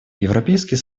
европейский